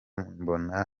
mbona